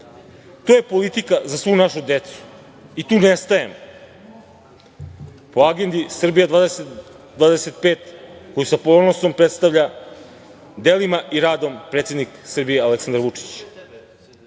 je politika za svu našu decu i tu ne stajemo, po agendi "Srbija 2025" koju sa ponosom predstavlja delima i radom predsednik Srbije Aleksandar Vučić.